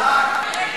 הוועדה.